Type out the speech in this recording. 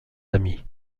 amis